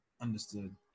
Understood